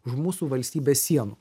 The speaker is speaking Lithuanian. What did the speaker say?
už mūsų valstybės sienų